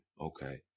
okay